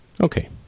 Okay